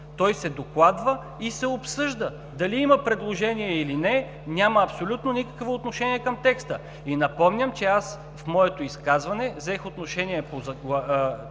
той се докладва и се обсъжда. Дали има предложение, или не, няма абсолютно никакво отношение към текста. И напомням, че в моето изказваме взех отношение по